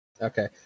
Okay